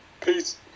Peace